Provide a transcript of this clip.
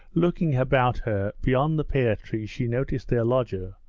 looking about her, beyond the pear-tree she noticed their lodger,